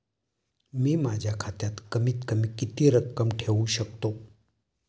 मी माझ्या खात्यात कमीत कमी किती रक्कम ठेऊ शकतो?